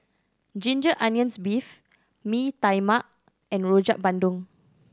ginger onions beef Mee Tai Mak and Rojak Bandung